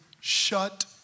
shut